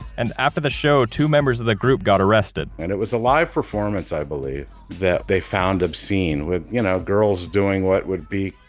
and after the show, two members of the group got arrested and it was a live performance i believe that they found obscene, with you know girls doing what would be